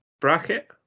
bracket